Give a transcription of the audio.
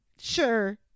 Sure